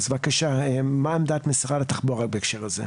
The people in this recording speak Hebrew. אז בבקשה מה עמדת משרד התחבורה בהקשר הזה?